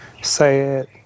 sad